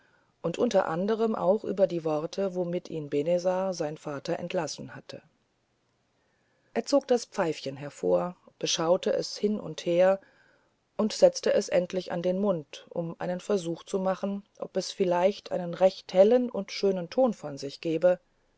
und unter anderem auch über die worte womit ihn benezar sein vater entlassen hatte er zog das pfeifchen hervor beschaute es hin und her und setzte es endlich an den mund um einen versuch zu machen ob es vielleicht einen recht hellen und schönen ton von sich gebe